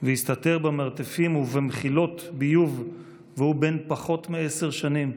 והסתתר במרתפים ובמחילות ביוב והוא בן פחות מעשר שנים,